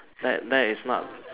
that that is not